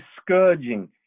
scourging